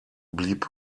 blieb